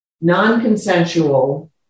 non-consensual